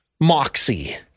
Moxie